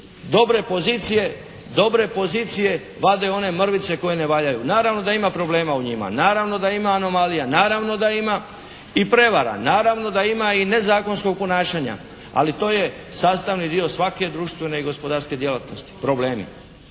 dobre pozicije vade one mrvice koje ne valjaju. Naravno da ima problema u njima, naravno da ima anomalija, naravno da ima i prevara, naravno da ima i nezakonskog ponašanja, ali to je sastavni dio svake društvene i gospodarske djelatnosti, problemi.